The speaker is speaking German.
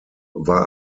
war